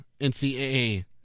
NCAA